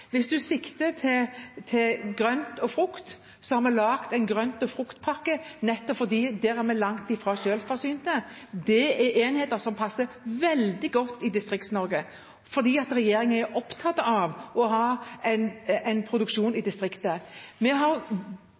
Hvis representanten sikter til grønt og frukt, har vi laget en grønt- og fruktpakke, nettopp fordi vi der er langt fra selvforsynte. Det er enheter som passer veldig godt i Distrikts-Norge, for regjeringen er opptatt av å ha en produksjon i distriktene. Vi har